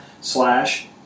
slash